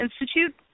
Institute